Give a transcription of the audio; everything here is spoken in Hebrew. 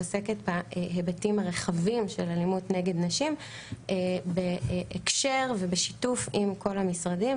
עוסקת בהיבטים הרחבים של אלימות נגד נשים בהקשר ובשיתוף עם כל המשרדים,